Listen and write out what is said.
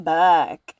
back